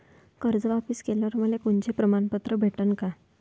कर्ज वापिस केल्यावर मले कोनचे प्रमाणपत्र भेटन का?